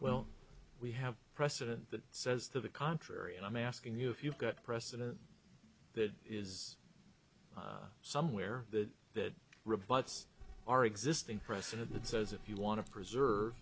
well we have a precedent that says to the contrary and i'm asking you if you've got precedent that is somewhere that rebuts our existing precedent that says if you want to preserve